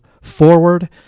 forward